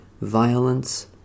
violence